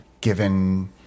given